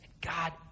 God